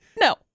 No